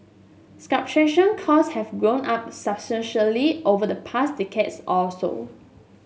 cost have gone up substantially over the past decades or so